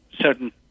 certain